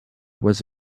was